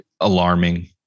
alarming